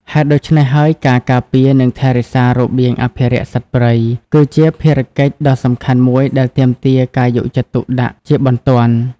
ហេតុដូច្នេះហើយ ការការពារ និងថែរក្សារបៀងអភិរក្សសត្វព្រៃ គឺជាភារកិច្ចដ៏សំខាន់មួយដែលទាមទារការយកចិត្តទុកដាក់ជាបន្ទាន់។